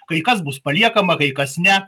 kai kas bus paliekama kai kas ne